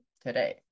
today